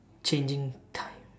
changing time